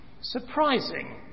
surprising